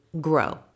grow